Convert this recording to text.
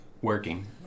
working